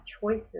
choices